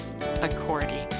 According